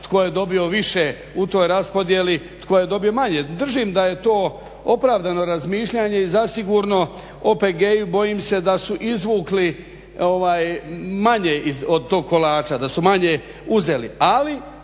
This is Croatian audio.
tko je dobio više u toj raspodjeli tko je dobio manje. Držim da je to opravdano razmišljanje i zasigurno OPG-i bojim se da su izvukli manje od tog kolača, da su manje uzeli